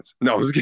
No